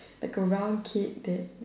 like a round kid that